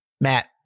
Matt